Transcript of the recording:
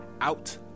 out